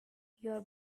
your